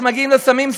שמגיעים לסמים,